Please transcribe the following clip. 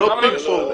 זה לא פינג פונג.